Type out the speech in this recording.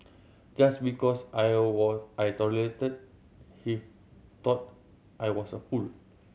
just because I I tolerated he thought I was a fool